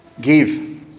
give